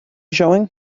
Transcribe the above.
showing